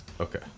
Okay